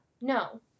No